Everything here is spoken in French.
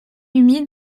humides